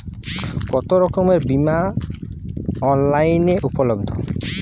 কতোরকমের বিমা অনলাইনে উপলব্ধ?